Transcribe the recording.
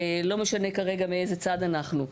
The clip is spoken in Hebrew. לא משנה מאיזה צד אנחנו,